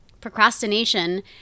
Procrastination